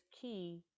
key